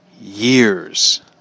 Years